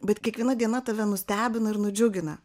bet kiekviena diena tave nustebina ir nudžiugina